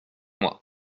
moi